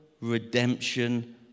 redemption